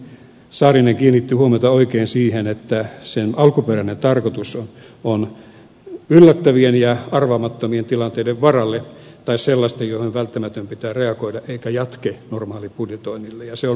saarinen kiinnitti huomiota oikein siihen että sen alkuperäinen tarkoitus on olla yllättävien ja arvaamattomien tilanteiden varalle tai sellaisten joihin välttämättä pitää reagoida eikä jatke normaalibudjetoinnille ja se on varmasti näin